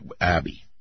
Abby